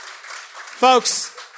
Folks